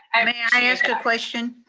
i mean i ask a question?